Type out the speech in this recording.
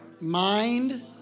mind